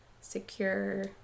secure